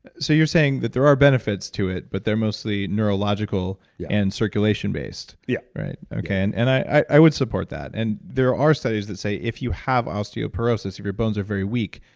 so you're saying that there are benefits to it, but they're mostly neurological yeah and circulation based? yeah. right, okay. and and i would support that. that. and there are studies that say if you have osteoporosis, if your bones are very weak,